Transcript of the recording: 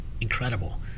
incredible